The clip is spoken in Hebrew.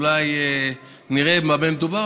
אולי נראה במה מדובר.